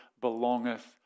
belongeth